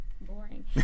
boring